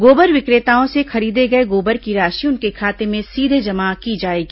गोबर विक्रेताओं से खरीदे गए गोबर की राशि उनके खाते में सीधे जमा की जाएगी